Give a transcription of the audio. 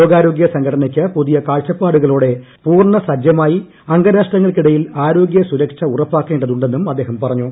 ലോകാരോഗ്യ സംഘടനയ്ക്ക് പുതിയ കാഴ്ചപ്പാടുകളോടെ പൂർണ്ണസ്ജ്ജമായി അംഗരാഷ്ട്രങ്ങൾക്കിടയിൽ ആരോഗ്യസ്ത്രക്ഷ ഉറപ്പാക്കേണ്ടതുണ്ടെന്നും അദ്ദേഹം പ്രറഞ്ഞു